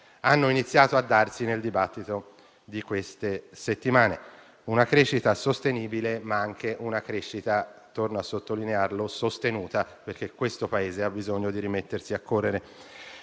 hanno iniziato a darsi nel dibattito di queste settimane: una crescita sostenibile, ma anche - torno a sottolinearlo - sostenuta, perché questo Paese ha bisogno di rimettersi a correre.